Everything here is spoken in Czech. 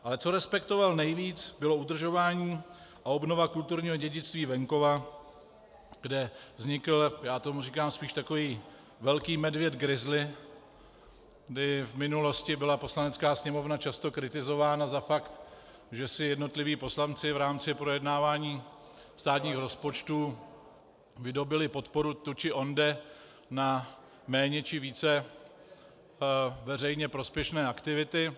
Ale co respektoval nejvíc, bylo udržování a obnova kulturního dědictví venkova, kde vznikl já tomu říkám spíš takový velký medvěd grizzly, kdy v minulosti byla Poslanecká sněmovna často kritizována za fakt, že si jednotliví poslanci v rámci projednávání státních rozpočtů vydobyli podporu tu či onde na méně či více veřejně prospěšné aktivity.